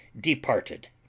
departed